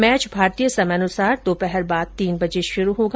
match भारतीय समयानुसार दोपहर बाद तीन बजे शुरू होगा